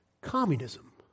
Communism